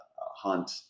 hunt